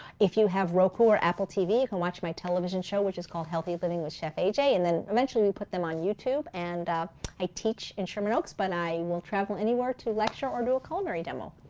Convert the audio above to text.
if you have roku or apple tv, you can watch my television show which is called healthy living with chef aj, and then eventually we put them on youtube. and i teach in sherman oaks, but i will travel anywhere to lecture or do a culinary demo.